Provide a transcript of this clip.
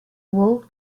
walled